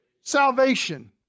Salvation